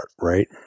right